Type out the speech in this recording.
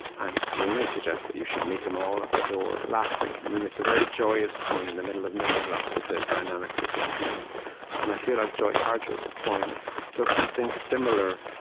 and rumi suggests that you should meet them all at the door, laughing. it's a very joyous poem in the middle of knowing lots of the dynamics of being human and i feel like joy harjo's poem does something similar,